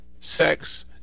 sex